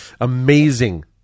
amazing